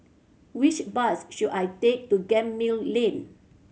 which bus should I take to Gemmill Lane